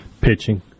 Pitching